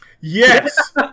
Yes